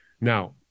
Now